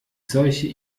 solche